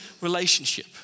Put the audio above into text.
relationship